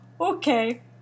okay